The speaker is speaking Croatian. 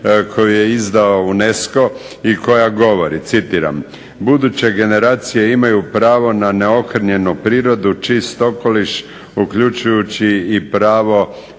koje je izdao UNESCO i koja govori, citiram: "Buduće generacije imaju pravo na neokrnjenu prirodu, čist okoliš uključujući i pravo